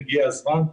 הגיע הזמן.